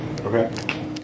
Okay